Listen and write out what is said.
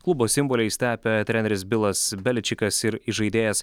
klubo simboliais tapę treneris bilas beličikas ir įžaidėjas